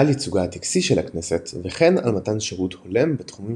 על ייצוגה הטקסי של הכנסת וכן על מתן שירות הולם בתחומים